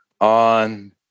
on